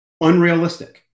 unrealistic